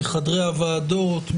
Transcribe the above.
מחדרי הוועדות,